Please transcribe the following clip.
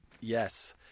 Yes